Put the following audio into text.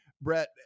Brett